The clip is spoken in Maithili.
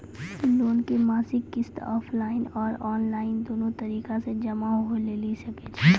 लोन के मासिक किस्त ऑफलाइन और ऑनलाइन दोनो तरीका से जमा होय लेली सकै छै?